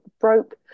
broke